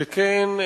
שכן,